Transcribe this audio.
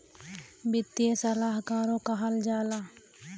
वित्तीय सलाहकारो कहल जाला